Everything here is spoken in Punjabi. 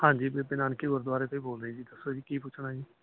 ਹਾਂਜੀ ਬੀਬੀ ਨਾਨਕੀ ਗੁਰਦੁਆਰੇ ਤੇ ਬੋਲਦੇ ਜੀ ਦੱਸੋ ਜੀ ਕੀ ਪੁੱਛਣਾ ਜੀ